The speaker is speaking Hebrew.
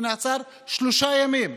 הוא נעצר לשלושה ימים,